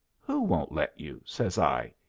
who won't let you? says i,